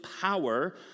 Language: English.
power